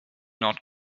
not